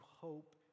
hope